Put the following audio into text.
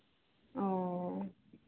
अओ